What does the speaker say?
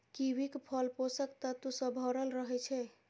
कीवीक फल पोषक तत्व सं भरल रहै छै